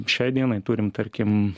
šiai dienai turim tarkim